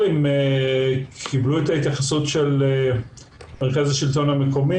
אם קיבלו את ההתייחסות של מרכז השלטון המקומי,